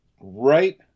right